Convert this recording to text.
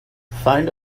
find